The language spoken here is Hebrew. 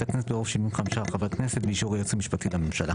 הכנסת ברוב של 75 חברי הכנסת ובאישור היועץ המשפטי לממשלה'.